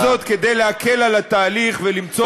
וכל זאת כדי להקל את התהליך ולמצוא